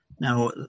Now